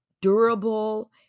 durable